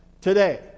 today